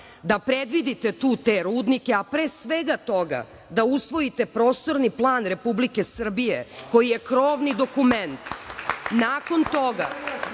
da predvidite tu te rudnike, a pre svega toga da usvojite prostorni plan Republike Srbije koji je krovni dokument. Nakon toga